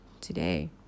today